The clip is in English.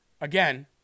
again